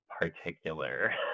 particular